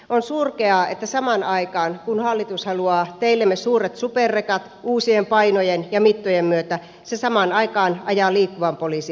on surkeaa että samaan aikaan kun hallitus haluaa teillemme suuret superrekat uusien painojen ja mittojen myötä se ajaa liikkuvan poliisin alas